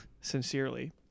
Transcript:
sincerely